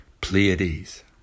Pleiades